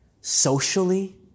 socially